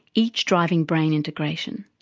each driving brain integration.